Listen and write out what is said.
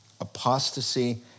apostasy